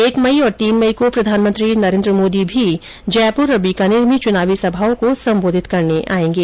एक मई और तीन मई को प्रधानमंत्री नरेन्द्र मोदी भी जयपुर और बीकानेर में चुनावी सभा को सम्बोधित करने आयेंगे